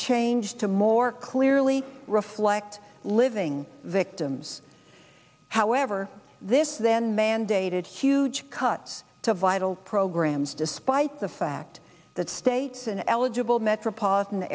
change to more clearly reflect living victims however this then mandated huge cuts to vital programs despite the fact that states and eligible metropolitan